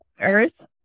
Earth